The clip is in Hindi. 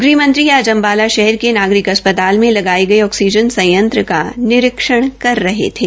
गृहमंत्री आज अम्बाला शहर के नागरिक अस्पताल मे लगाये गये ऑक्सीजन संयंत्र का निरीक्षण कर रहे थे